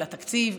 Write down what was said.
על התקציב.